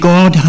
God